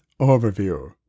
Overview